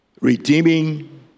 Redeeming